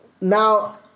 Now